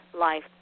life